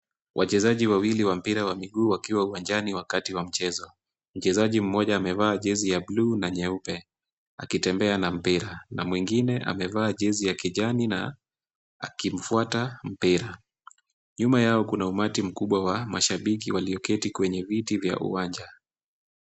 Wachezaji wawili wa mpira wa miguu wakiwa uwanjani wakati wa mchezo. Mchezaji mmoja amevaa jezi ya bluu na nyeupe, akitembea na mpira na mwingine amevaa jezi ya kijani na akimfuata mpira. Nyuma yao kuna umati mkubwa wa mashabiki walioketi kwenye viti vya uwanja.